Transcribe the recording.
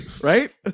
Right